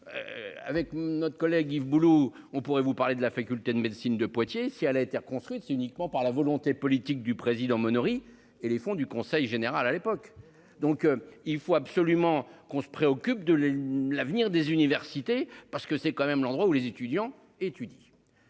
Avec notre collègue Yves Bouloux. On pourrait vous parler de la faculté de médecine de Poitiers si elle a été reconstruite. C'est uniquement par la volonté politique du président Monory et les fonds du Conseil général à l'époque, donc il faut absolument qu'on se préoccupe de l'avenir des universités parce que c'est quand même l'endroit où les étudiants étudient.